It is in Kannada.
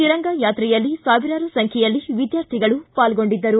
ತಿರಂಗಾ ಯಾತ್ರೆಯಲ್ಲಿ ಸಾವಿರಾರು ಸಂಖ್ಯೆಯಲ್ಲಿ ವಿದ್ಯಾರ್ಥಿಗಳು ಪಾಲ್ಗೊಂಡಿದ್ದರು